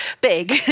big